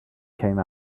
came